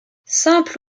simple